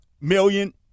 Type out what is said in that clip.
million